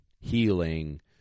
Healing